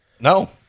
No